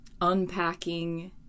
unpacking